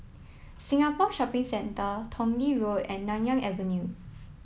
Singapore Shopping Centre Tong Lee Road and Nanyang Avenue